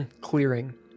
clearing